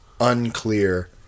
unclear